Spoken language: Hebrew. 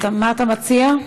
מה אתה מציע?